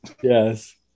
yes